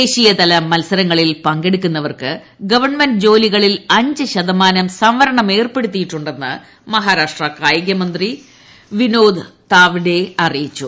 ദേശീയതല മത്സരങ്ങളിൽ പങ്കെടുക്കുന്നവർക്ക് ഗവൺമെന്റ് ജോലികളിൽ അഞ്ച് ശതമാനം സംപൂർണ്ം ഏർപ്പെടുത്തിയിട്ടുണ്ടെന്ന് മഹാരാഷ്ട്ര കായിക മന്ത്രി വിനോദ് തവാഡെ അറിയിച്ചു